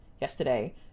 Yesterday